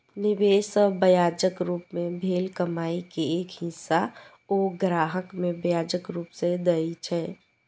निवेश सं ब्याजक रूप मे भेल कमाइ के एक हिस्सा ओ ग्राहक कें ब्याजक रूप मे दए छै